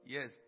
Yes